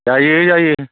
जायो जायो